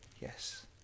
yes